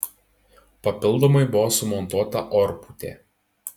papildomai buvo sumontuota orpūtė